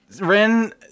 Ren